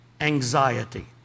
anxiety